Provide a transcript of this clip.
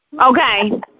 okay